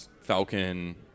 Falcon